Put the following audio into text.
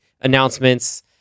announcements